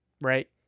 right